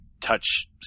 touch